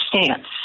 stance